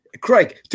Craig